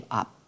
up